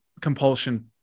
compulsion